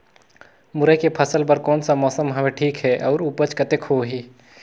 मुरई के फसल बर कोन सा मौसम हवे ठीक हे अउर ऊपज कतेक होही?